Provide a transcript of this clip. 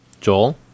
Joel